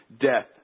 death